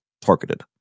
targeted